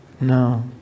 no